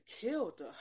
killed